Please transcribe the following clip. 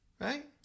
right